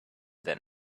than